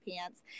pants